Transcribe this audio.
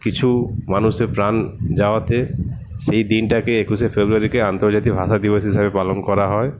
কিছু মানুষের প্রাণ যাওয়াতে সেই দিনটাকে একুশে ফেব্রুয়ারিকে আন্তর্জাতিক ভাষা দিবস হিসাবে পালন করা হয়